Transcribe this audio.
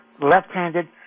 left-handed